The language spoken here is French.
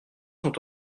sont